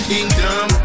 Kingdom